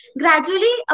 gradually